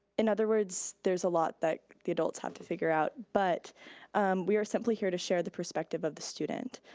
in other words, there's a lot that the adults have to figure out but we are simply here to share the perspective of the student.